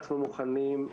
אנחנו מוכנים,